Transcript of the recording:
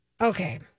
Okay